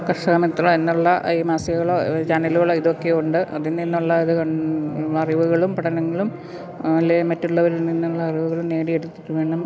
കർഷകമിത്ര എന്നുള്ള ഈ മാസികകളോ ചാനലുകളോ ഇതൊക്കെയുണ്ട് അതിൽനിന്നുള്ളത് അറിവുകളും പഠനങ്ങളും ആളെ മറ്റുള്ളവരിൽനിന്നുള്ള അറിവുകളും നേടിയെടുത്തിട്ടു വേണം